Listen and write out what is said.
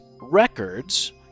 records